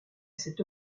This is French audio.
cette